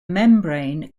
membrane